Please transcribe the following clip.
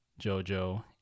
Jojo